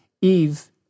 Eve